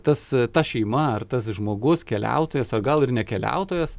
tas ta šeima ar tas žmogus keliautojas o gal ir ne keliautojas